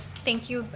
thank you,